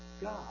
God